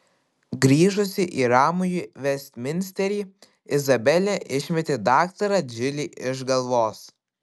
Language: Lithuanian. grįžusi į ramųjį vestminsterį izabelė išmetė daktarą džilį iš galvos